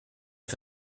est